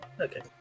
okay